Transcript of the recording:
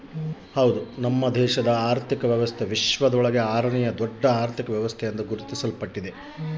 ಭಾರತದ ಆರ್ಥಿಕ ವ್ಯವಸ್ಥೆ ವಿಶ್ವದಾಗೇ ಆರನೇಯಾ ದೊಡ್ಡ ಅರ್ಥಕ ವ್ಯವಸ್ಥೆ ಎಂದು ಗುರುತಿಸಲ್ಪಟ್ಟಿದೆ